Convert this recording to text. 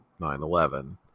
9-11